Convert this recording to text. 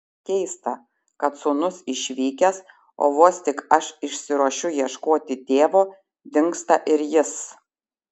keista kad sūnus išvykęs o vos tik aš išsiruošiu ieškoti tėvo dingsta ir jis